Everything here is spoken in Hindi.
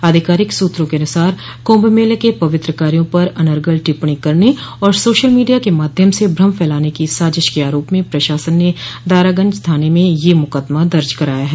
आधिकारिक सूत्रों के अनुसार कुंभ मेले के पवित्र कार्यो पर अनर्गल टिप्पणी करने और सोशल मीडिया के माध्यम से भ्रम फैलाने की साजिश के आरोप में प्रशासन ने दारागंज थाने में यह मुकदमा दर्ज कराया है